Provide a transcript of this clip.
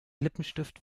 lippenstift